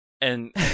and-